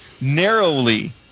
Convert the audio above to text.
narrowly